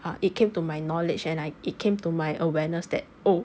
err it came to my knowledge and I it came to my awareness that oh